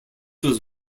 was